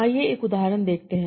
आइए एक उदाहरण देखते हैं